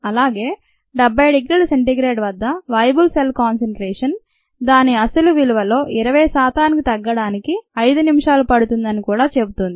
అలాగే 70 degree C వద్ద "viable cell concentration" దాని అసలు విలువలో 20 శాతానికి తగ్గించడానికి 5 నిమిషాలు పడుతుందని కూడా చెబుతోంది